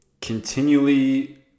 continually